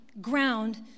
ground